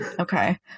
Okay